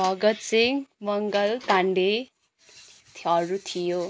भगतसिंह मङ्गल पाण्डेहरू थियो